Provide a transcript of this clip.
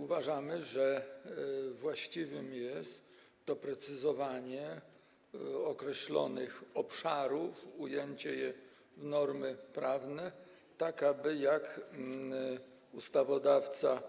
Uważamy, że właściwe jest doprecyzowanie określonych obszarów, ujęcie ich w normy prawne, tak aby, jak zapewnia ustawodawca,